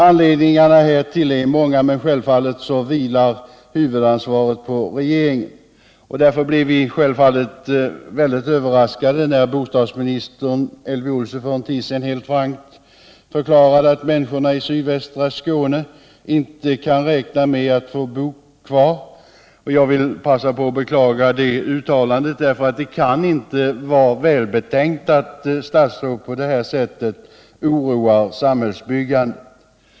Anledningarna härtill är många, men självfallet vilar huvudansvaret på regeringen. Därför blev vi väldigt överraskade när bostadsminister Elvy Olsson för en tid sedan helt frankt förklarade att människorna i sydvästra Skåne inte kan räkna med att få bo kvar. Jag vill passa på att beklaga det uttalandet, därför att det kan inte vara välbetänkt att statsråd på det sättet oroar samhällsbyggandet.